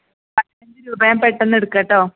പതിനഞ്ച് രൂപ ഞാൻ പെട്ടെന്നെടുക്കാം കേട്ടോ